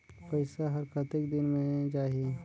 पइसा हर कतेक दिन मे जाही?